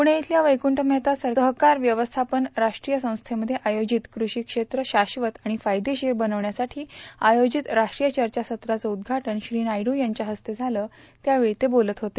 पूणे इथल्या वैक्टंठ मेहता सहकार व्यवस्थापन राष्ट्रीय संस्थेमध्ये आयोजित कृषी क्षेत्र शाश्वत आणि फायदेशीर बनविण्याविषयी आयोजित राष्ट्रीय चर्चासत्राचं उद्घाटन श्री नायडू यांच्या हस्ते झालं त्यावेळी ते बोलत होते